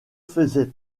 faisait